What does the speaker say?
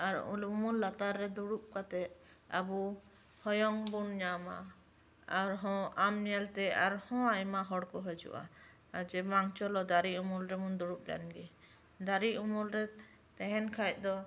ᱟᱨ ᱩᱢᱩᱞ ᱞᱟᱛᱟᱨ ᱨᱮ ᱫᱩᱲᱩᱵ ᱠᱟᱛᱮᱫ ᱟᱵᱩ ᱦᱚᱭᱚᱝ ᱵᱚᱱ ᱧᱟᱢᱟ ᱟᱨᱦᱚᱸ ᱟᱢ ᱧᱮᱞ ᱛᱮ ᱟᱨᱦᱚᱸ ᱟᱭᱢᱟ ᱦᱚᱲ ᱠᱚ ᱦᱟᱹᱡᱩᱜᱼᱟ ᱡᱮ ᱵᱟᱝ ᱪᱚᱞᱚ ᱫᱟᱨᱮ ᱩᱢᱩᱞ ᱨᱮᱵᱚᱱ ᱫᱩᱲᱩᱵ ᱞᱮᱱ ᱜᱮ ᱫᱟᱨᱮ ᱩᱢᱩᱞ ᱛᱟᱸᱦᱮᱱ ᱠᱷᱟᱡ ᱫᱚ